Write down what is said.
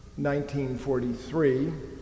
1943